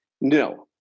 No